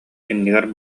иннигэр